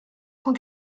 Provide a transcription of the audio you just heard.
cent